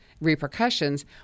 repercussions